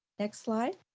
next slide.